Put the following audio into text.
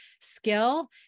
skill